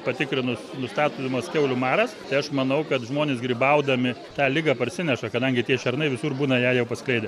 patikrinus nustatomas kiaulių maras tai aš manau kad žmonės grybaudami tą ligą parsineša kadangi tie šernai visur būna ją jau paskleidę